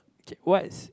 okay what's